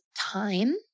time